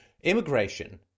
immigration